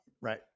Right